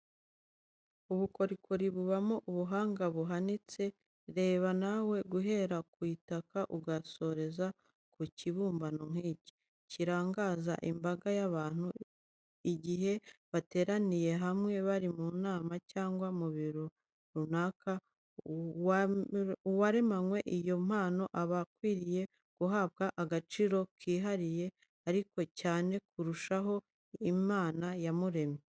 Ubukorikori bubamo ubuhanga buhanitse, reba nawe, guhera ku itaka ugasoreza ku kibumbano nk'iki, kirangaza imbaga y'abantu igihe bateraniye hamwe bari mu nama cyangwa mu birori runaka, uwaremanywe iyo mpano aba akwiriye guhabwa agaciro kihariye ariko cyane kurushaho, Imana yamuremye.